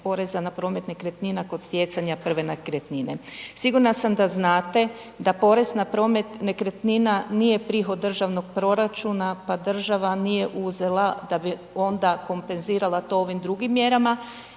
poreza na promet nekretnina kod stjecanja prve nekretnine. Sigurna sam da znate da porez na promet nekretnina nije prihod državnog proračuna pa država nije uzela da bi onda kompenzirala to ovim drugim mjerama